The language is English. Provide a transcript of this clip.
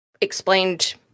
Explained